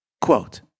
Quote